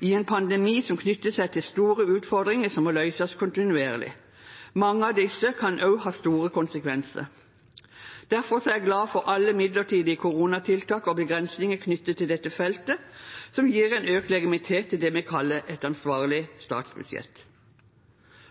i en pandemi som knytter seg til store utfordringer som må løses kontinuerlig. Mange av disse kan også ha store konsekvenser. Derfor er jeg glad for alle midlertidige koronatiltak og begrensninger knyttet til dette feltet som gir en økt legitimitet til det vi kaller et ansvarlig statsbudsjett.